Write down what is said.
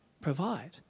provide